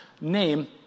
name